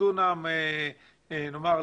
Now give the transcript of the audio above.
בסופו של דבר, הוסדר מעמדם המוניציפלי.